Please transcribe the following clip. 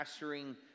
pastoring